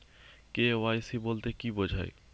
KYC বলতে কি বোঝায়?